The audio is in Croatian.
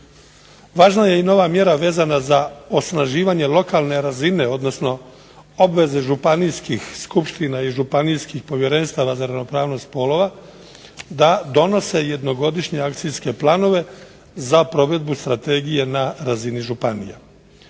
Važna je nova mjera vezana za osnaživanje lokalne razine odnosno obvezne županijskih skupština i županijskih povjerenstava za ravnopravnost spolova da donose jednogodišnje akcijske planove za provedbu Strategije na razini županija.